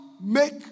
make